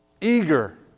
eager